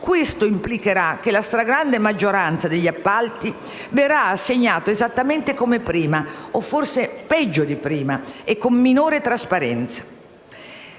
Questo implicherà che la stragrande maggioranza degli appalti verrà assegnata esattamente come prima, o forse peggio di prima, e con minore trasparenza.